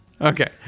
okay